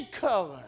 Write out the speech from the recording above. color